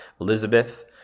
Elizabeth